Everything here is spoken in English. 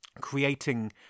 creating